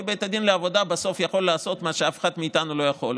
כי בית הדין לעבודה בסוף יכול לעשות מה שאף אחד מאיתנו לא יכול,